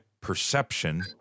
perception